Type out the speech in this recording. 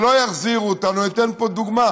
שלא יחזירו אותנו, אני אתן פה דוגמה: